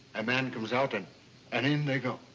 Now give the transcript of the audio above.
a man comes out and and in they go.